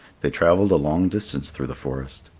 they travelled a long distance through the forest.